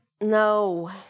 No